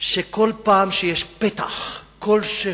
שכל פעם שיש פתח כלשהו,